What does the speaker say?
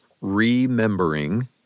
remembering